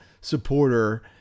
supporter